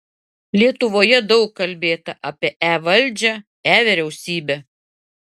lietuvoje daug kalbėta apie e valdžią e vyriausybę